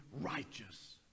righteous